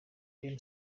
them